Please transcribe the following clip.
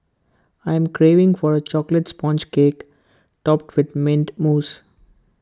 I am craving for A Chocolate Sponge Cake Topped with Mint Mousse